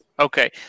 Okay